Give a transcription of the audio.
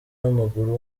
w’amaguru